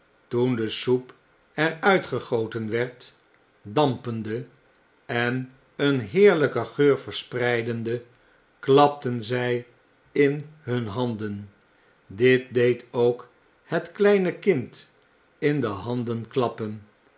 de soep er uit gegoten werd dampende en een heerlijken geur verspreidende klapten zjj in hun handen dit deed ook het kleine kind in de handen klappen